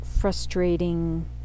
frustrating